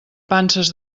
panses